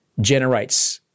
generates